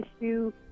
issue